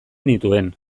nituen